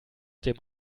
dem